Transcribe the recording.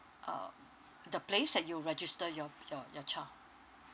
um the place that you register your your your child